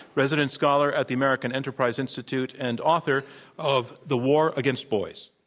resident scholar at the american enterprise institute and author of the war against boys.